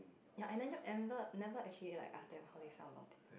ya and then you ever never actually like ask them how they felt a lot of things